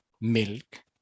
milk